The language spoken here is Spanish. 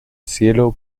cielo